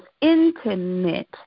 intimate